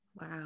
Wow